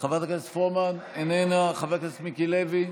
חברת הכנסת פרומן, איננה, חבר הכנסת מיקי לוי,